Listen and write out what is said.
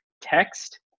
text